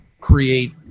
create